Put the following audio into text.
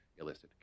illicit